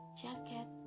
jacket